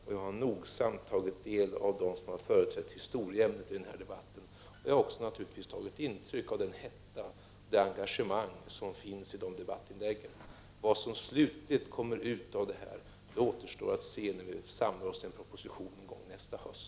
Jag har nogsamt tagit del av det som framhållits av dem som företräder historieämnet i den här debatten, och jag har naturligtvis också tagit intryck av den hetta och det engagemang som finns i de debattinläggen. Vad som slutligt kommer ut av detta återstår att se när vi samlar oss till en proposition någon gång nästa höst.